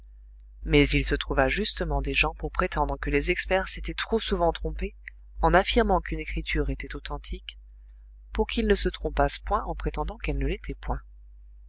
mais il se trouva justement des gens pour prétendre que les experts s'étaient trop souvent trompés en affirmant qu'une écriture était authentique pour qu'ils ne se trompassent point en prétendant qu'elle ne l'était point